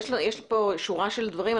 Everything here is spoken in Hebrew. יש לי פה שורה של דברים,